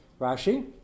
Rashi